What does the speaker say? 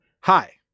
hi